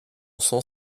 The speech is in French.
sens